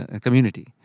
community